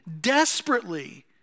desperately